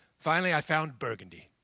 finally i found burgundy.